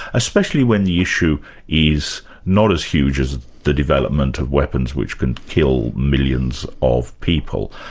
especially when the issue is not as huge as the development of weapons which can kill millions of people.